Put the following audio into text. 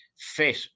fit